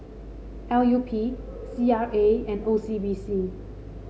L U P C R A and O C B C